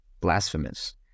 blasphemous